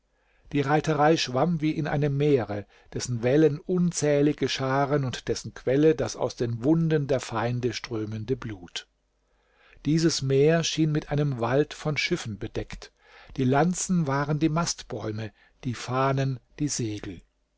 die reiterei schwamm wie in einem meere dessen wellen unzählige scharen und dessen quelle das aus den wunden der feinde strömende blut dieses meer schien mit einem wald von schiffen bedeckt die lanzen waren die mastbäume die fahnen die segel